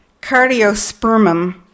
cardiospermum